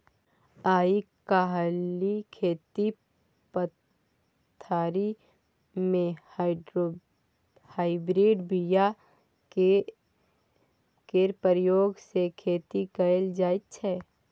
आइ काल्हि खेती पथारी मे हाइब्रिड बीया केर प्रयोग सँ खेती कएल जाइत छै